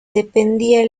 dependía